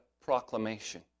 proclamation